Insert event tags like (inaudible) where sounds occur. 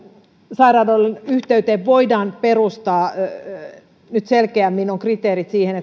sairaaloiden yhteyteen voidaan perustaa nyt selkeämmin on kriteerit siihen (unintelligible)